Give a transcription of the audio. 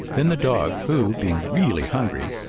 then the dog, who, being really hungry,